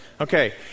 Okay